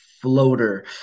floater